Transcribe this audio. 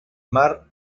mar